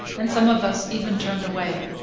and some of us even turned away.